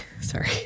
sorry